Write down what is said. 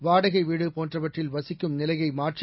வாடகை வீடு போன்றவற்றில் வசிக்கும் நிலையை மாற்றி